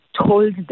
told